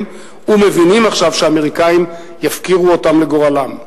ומבינים עכשיו שהאמריקנים יפקירו אותם לגורלם.